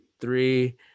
three